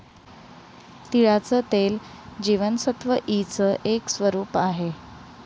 तिळाचं तेल जीवनसत्व ई च एक स्वरूप आहे